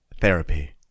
Therapy